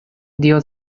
dio